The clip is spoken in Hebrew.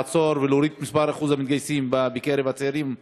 לעצור ולהוריד את שיעור המתגייסים בקרב הצעירים הדרוזים?